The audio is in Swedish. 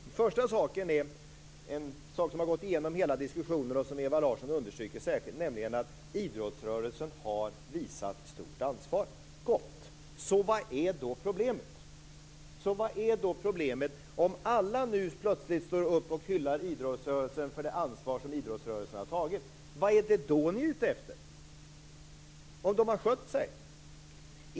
Det första är en sak som har gått igenom hela diskussionen och som Ewa Larsson understryker särskilt, nämligen att idrottsrörelsen har visat stort ansvar. Gott! Vad är då problemet? Vilket problem har vi om alla nu plötsligt står upp och hyllar idrottsrörelsen för det ansvar som den har tagit? Om idrottsrörelsen har skött sig, vad är det då ni är ute efter?